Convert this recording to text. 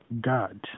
God